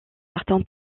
certain